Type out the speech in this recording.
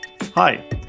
Hi